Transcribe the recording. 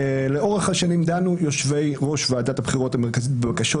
לאורך השנים דנו יושבי ראש ועדת הבחירות המרכזית בבקשות